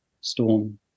storm